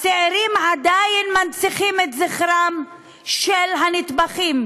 הצעירים עדיין מנציחים את זכרם של הנטבחים.